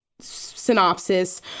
synopsis